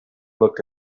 looked